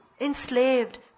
Enslaved